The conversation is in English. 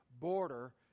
border